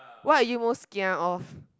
what are you most kia of